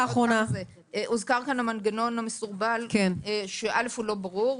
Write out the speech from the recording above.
הוזכר פה המנגנון המסורבל שהוא אינו ברור,